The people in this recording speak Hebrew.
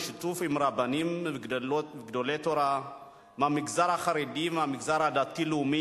בשיתוף עם רבנים וגדולי תורה מהמגזר החרדי ומהמגזר הדתי-לאומי,